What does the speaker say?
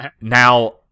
Now